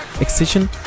Excision